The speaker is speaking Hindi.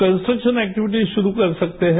कन्सट्रक्शन एक्टिविटीज शुरू कर सकते हैं